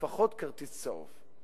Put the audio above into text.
לפחות כרטיס צהוב,